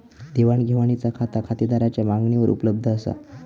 देवाण घेवाणीचा खाता खातेदाराच्या मागणीवर उपलब्ध असा